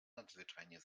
nadzwyczajnie